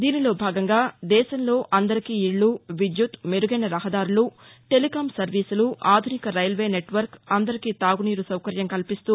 దీనిలో భాగంగా దేశంలో అందరికీ ఇల్లు విద్యుత్ మెరుగైన రహదారులు టెలికామ్ సర్వీసులు ఆధునిక రైల్వే నెట్వర్క్ అందరికీ తాగునీరు సౌకర్యం కల్పిస్తూ